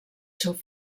seu